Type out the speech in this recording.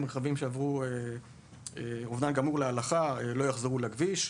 רכבים שעברו "אובדן גמור להלכה" לא יחזרו לכביש,